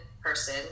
person